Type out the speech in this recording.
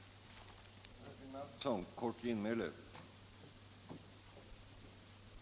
11 december 1975